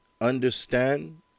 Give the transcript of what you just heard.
Understand